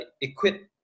equipped